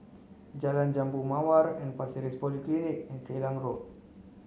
Jalan Jambu Mawar and Pasir Ris Polyclinic and Klang Road